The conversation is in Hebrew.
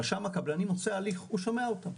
רשם הקבלנים עושה הליך, הוא שומע אותם.